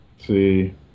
see